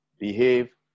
behave